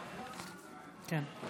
כן.